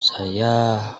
saya